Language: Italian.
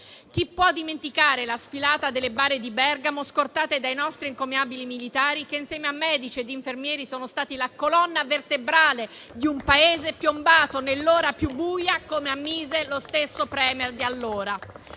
Chi può dimenticare la sfilata delle bare di Bergamo scortate dai nostri encomiabili militari che, insieme a medici e infermieri, sono stati la colonna vertebrale di un Paese piombato nell'ora più buia, come ammise lo stesso *Premier* di allora.